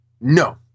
no